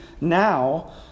now